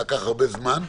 זה לקח הרבה זמן.